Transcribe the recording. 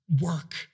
work